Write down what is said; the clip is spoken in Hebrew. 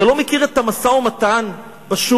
אתה לא מכיר את המשא-ומתן בשוק?